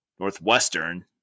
Northwestern